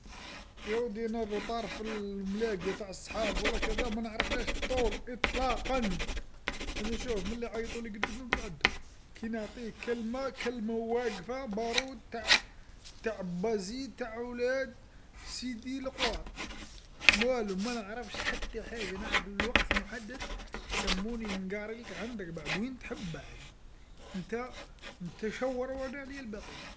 ياودي أنا التأخر في الملاقيه تاع الصحاب ولا كذا ما نعرفهاش الطول إطلاقا، أنا شوف من اللي يعيطولي قد قد نكون عندهم، كي نعطيك كلمه كلمه واقفه بارود تاع تاع باجي تاع ولاد سيدي الاغواط، والو ما نعرفش حتى حاجه، نعرف الوقت المحدد يسموني نقاريلك عندك بعد وين تحب بعد، نتا نتا شور وأنا عليا الباقي.